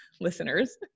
listeners